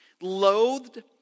loathed